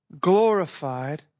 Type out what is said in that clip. glorified